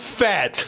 fat